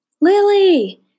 Lily